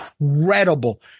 incredible